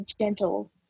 gentle